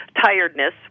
tiredness